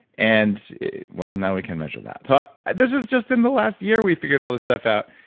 and. well, now we can measure that and this is just in the last year we figured all this stuff out,